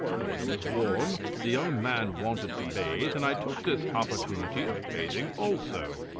the weather was warm. the young man wanted to bathe, and i took this opportunity of bathing also.